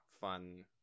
fun